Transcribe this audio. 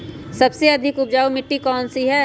सबसे अधिक उपजाऊ मिट्टी कौन सी हैं?